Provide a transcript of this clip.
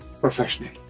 professionally